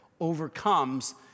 overcomes